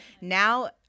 Now